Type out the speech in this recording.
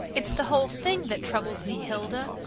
it's the whole thing that troubles me, hilda.